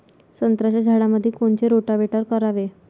संत्र्याच्या झाडामंदी कोनचे रोटावेटर करावे?